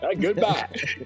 goodbye